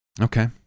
Okay